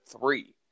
three